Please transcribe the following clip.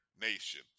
Nation